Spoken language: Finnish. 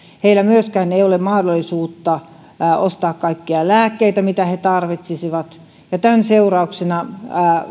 heillä ei ole myöskään mahdollisuutta ostaa kaikkia niitä lääkkeitä mitä he tarvitsisivat ja tämän seurauksena